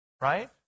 right